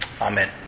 Amen